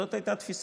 זאת הייתה תפיסתו,